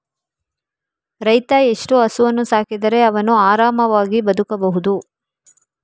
ರೈತ ಎಷ್ಟು ಹಸುವನ್ನು ಸಾಕಿದರೆ ಅವನು ಆರಾಮವಾಗಿ ಬದುಕಬಹುದು?